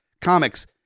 comics